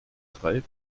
drei